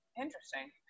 Interesting